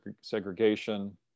segregation